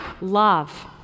love